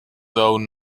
though